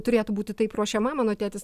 turėtų būti taip ruošiama mano tėtis